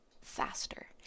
faster